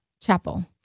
chapel